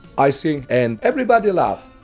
i sing and everybody laugh.